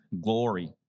glory